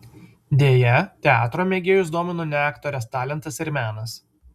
deja teatro mėgėjus domino ne aktorės talentas ir menas